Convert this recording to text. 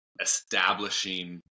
establishing